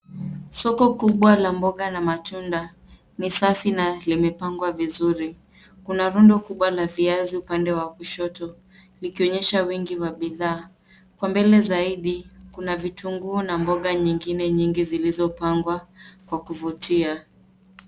Soko kubwa la mboga na matunda ni safi na limepangwa vizuri. Kuna rundo kubwa la viazi upande wa kushoto likionyesha wingi wa bidhaa. Kwa mbele zaidi, kuna vitunguu na mboga nyingine nyingi zilizopangwa kwa kuvutia.